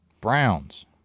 Browns